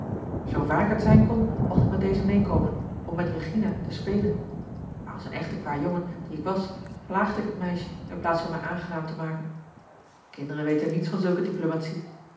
zoo vaak het zijn kon mocht ik met dezen meekomen om met regina te spelen maar als een echte kwajongen die ik was plaagde ik het meisje in plaats van mij aangenaam te maken kinderen weten niets van zulke diplomatie